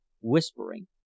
whispering